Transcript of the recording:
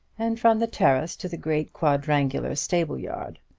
and from the terrace to the great quadrangular stable-yard.